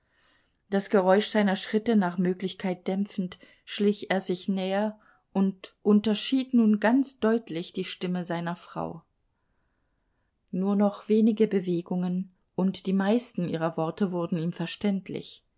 das geräusch seiner schritte nach möglichkeit dämpfend schlich er sich näher und unterschied nun ganz deutlich die stimme seiner frau nur noch wenige bewegungen und die meisten ihrer worte wurden ihm verständlich